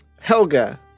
Helga